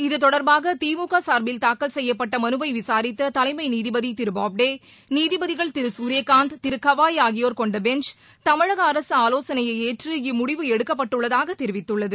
இதுதொடர்பாக திமுக சார்பில் தாக்கல் செய்யப்பட்ட மனுவை விசாரித்த தலைமை நீதிபதி திரு பாப்டே நீதிபதிகள் குரியகாந்த் திரு கவாய் ஆகியோர் கொண்ட பெஞ்ச் தமிழக அரசு ஆலோசனையை ஏற்று இம்முடிவு திரு எடுக்கப்பட்டுள்ளதாக தெரிவித்துள்ளது